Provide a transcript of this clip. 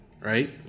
right